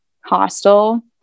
hostel